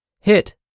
HIT